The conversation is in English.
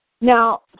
Now